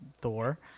Thor